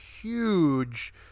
huge